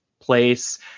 place